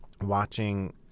Watching